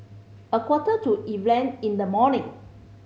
a quarter to event in the morning